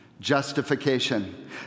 justification